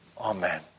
Amen